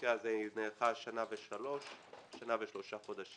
במקרה הזה היא נערכה שנה ושלושה חודשים.